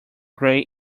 grey